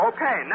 Okay